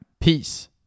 peace